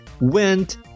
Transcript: went